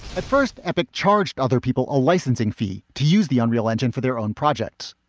at first, epic charged other people a licensing fee to use the unreal engine for their own projects.